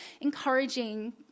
encouraging